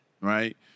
Right